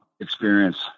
experience